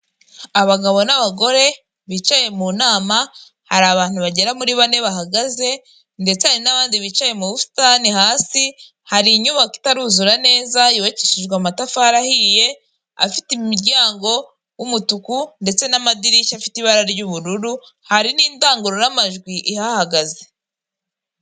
Abantu bari kureba ibyo bagura mw'isoko riri gucuruza amavuta n'amasabune..